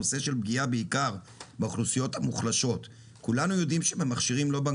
הנושא שנדון בו הבוקר עוסק בעמלות כספומטים פרטיים ובנקאיים,